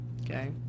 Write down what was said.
Okay